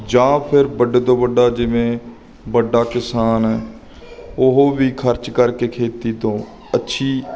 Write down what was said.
ਜਾਂ ਫਿਰ ਵੱਡੇ ਤੋਂ ਵੱਡਾ ਜਿਵੇਂ ਵੱਡਾ ਕਿਸਾਨ ਹੈ ਉਹ ਵੀ ਖਰਚ ਕਰਕੇ ਖੇਤੀ ਤੋਂ ਅੱਛੀ